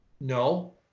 No